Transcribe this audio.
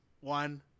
One